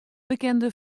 bekende